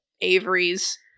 Avery's